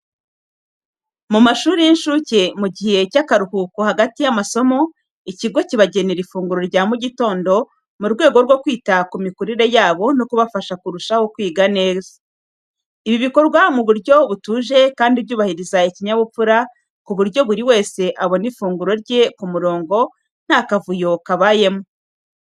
Mu mashuri y’incuke, mu gihe cy’akaruhuko hagati y’amasomo, ikigo kibagenera ifunguro rya mu gitondo mu rwego rwo kwita ku mikurire yabo no kubafasha kurushaho kwiga neza. Ibi bikorwa mu buryo butuje kandi bwubahiriza ikinyabupfura, ku buryo buri wese abona ifunguro rye ku murongo, nta kavuyo kabayemo.